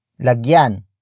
Lagyan